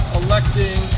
electing